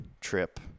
trip